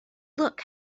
look